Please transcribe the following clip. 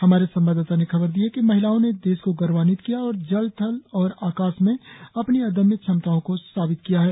हमारी संवाददाता ने खबर दी है कि महिलाओं ने देश को गौरान्वित किया है और जल थल और आकाश में अपनी अदम्य क्षमताओं को साबित किया है